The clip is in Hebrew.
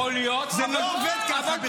יכול להיות --- זה לא עובד ככה.